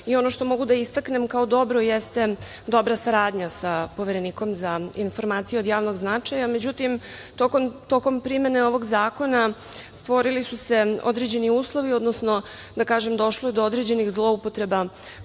i ono što mogu da istaknem kao dobro jeste dobra saradnja sa Poverenikom za informacije od javnog značaja. Međutim, tokom primene ovog zakona stvorili su se određeni uslovi, odnosno došlo je do određenih zloupotreba